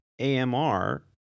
AMR